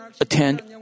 attend